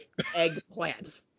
eggplants